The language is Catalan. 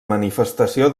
manifestació